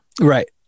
right